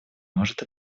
может